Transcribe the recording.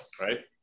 Right